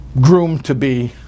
groomed-to-be